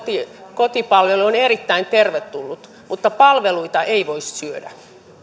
kotipalvelu on erittäin tervetullut mutta palveluita ei voi syödä